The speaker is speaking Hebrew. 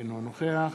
אינו נוכח